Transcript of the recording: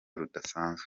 rudasanzwe